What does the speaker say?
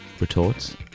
retorts